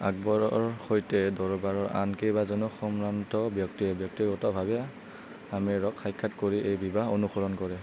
আকবৰৰ সৈতে দৰবাৰৰ আন কেইবাজনো সম্ভ্ৰান্ত ব্যক্তিয়ে ব্যক্তিগতভাৱে আমেৰক সাক্ষাৎ কৰি এই বিবাহ অনুসৰণ কৰে